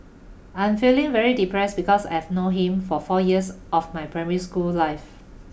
I'm feeling very depressed because I've known him for four years of my primary school life